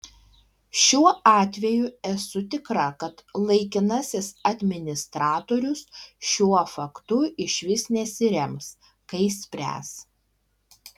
šiuo atveju esu tikra kad laikinasis administratorius šiuo faktu išvis nesirems kai spręs